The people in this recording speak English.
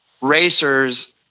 racers